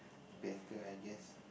better I guess